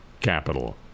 Capital